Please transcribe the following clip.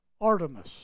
Artemis